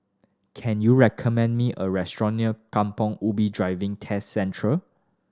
can you recommend me a restaurant near Kampong Ubi Driving Test Centre